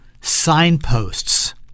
signposts